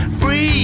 free